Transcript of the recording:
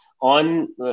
on